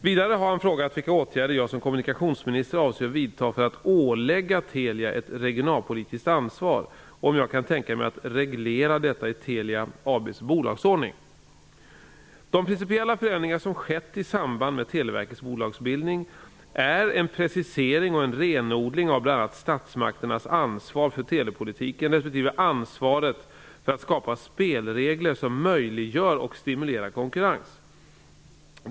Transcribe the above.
Vidare har han frågat vilka åtgärder jag som kommunikationsminister avser att vidta för att ålägga Telia ett regionalpolitiskt ansvar och om jag kan tänka mig att reglera detta i Telia De principiella förändringar som skett i samband med Televerkets bolagsbildning är en precisering och renodling av bl.a. statsmakternas ansvar för telepolitiken respektive ansvaret för att skapa spelregler som möjliggör och stimulerar konkurrens.